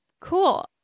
Cool